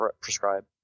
prescribe